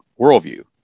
worldview